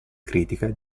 critica